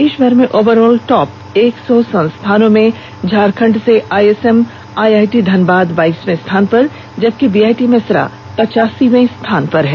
देषभर में overall top एक सौ संस्थानों में झारखंड से आईएसएम आईआईटी धनबाद बाईसवें स्थान पर जबकि बीआईटी मेसरा पचासीवें स्थान पर है